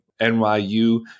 NYU